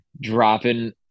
dropping